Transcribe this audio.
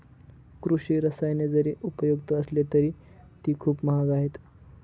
कृषी रसायने जरी उपयुक्त असली तरी ती खूप महाग आहेत